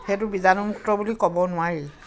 সেইটো বিজাণুমুক্ত বুলি ক'ব নোৱাৰি